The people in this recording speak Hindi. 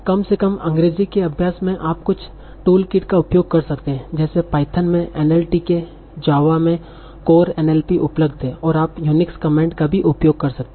कम से कम अंग्रेजी के अभ्यास में आप कुछ टूलकिट का उपयोग कर सकते हैं जेसे Python में NLTK Java में CoreNLP उपलब्ध हैं और आप Unix कमांड का भी उपयोग कर सकते हैं